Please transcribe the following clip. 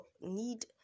need